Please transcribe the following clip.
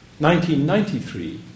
1993